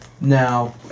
Now